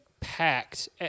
packed